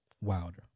wilder